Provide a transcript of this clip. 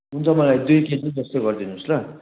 हुन्छ मलाई दुई केजी जस्तो गरिदिनुहोस् ल